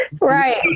right